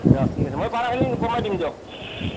দিয়ক ঠিক আছে মই পাৰাখিনি কমাই দিম দিয়ক